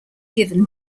given